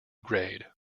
grade